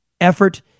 effort